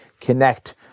connect